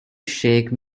shake